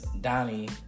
Donnie